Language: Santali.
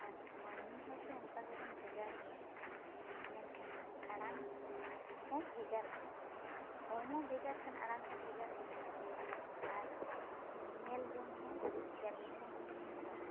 ᱟᱨ ᱢᱟᱱᱢᱤ ᱦᱚᱸᱪᱚ ᱚᱱᱠᱟᱜᱮ ᱵᱚᱱ ᱵᱷᱮᱜᱟᱨ ᱜᱮᱭᱟ ᱢᱮᱱᱠᱷᱟᱱ ᱟᱲᱟᱝ ᱦᱚᱸ ᱵᱷᱮᱜᱟᱨ ᱜᱮᱭᱟ ᱦᱚᱲᱢᱚ ᱵᱷᱮᱜᱟᱨ ᱠᱷᱟᱱ ᱟᱲᱟᱝ ᱦᱚᱸ ᱵᱷᱮᱜᱟᱨ ᱜᱮᱭᱟ ᱟᱨ ᱧᱮᱞ ᱡᱚᱝ ᱦᱚᱸ ᱵᱷᱮᱜᱟᱨ ᱜᱮᱠᱚ ᱧᱮᱞᱚᱜᱼᱟ